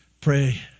pray